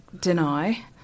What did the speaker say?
deny